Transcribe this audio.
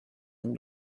dem